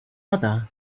other